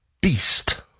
beast